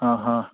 ಹಾಂ ಹಾಂ